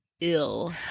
ill